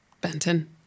Benton